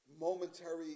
momentary